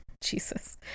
Jesus